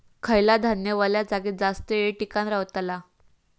खयला धान्य वल्या जागेत जास्त येळ टिकान रवतला?